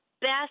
best